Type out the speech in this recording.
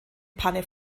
panne